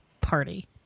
party